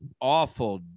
awful